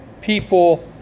people